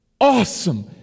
Awesome